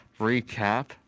recap